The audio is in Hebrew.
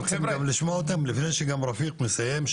אני רוצה גם לשמוע אותם לפני שגם רפיק מסיים,